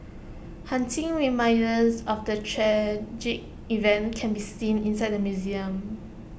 haunting reminders of the tragic event can be seen inside museum